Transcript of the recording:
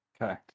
Okay